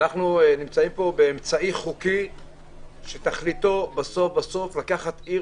אנחנו נמצאים פה באמצעי חוקי שתכליתו לקחת עיר